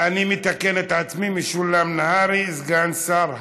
אני מתקן את עצמי: משולם נהרי, סגן שר הפנים,